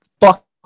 fuck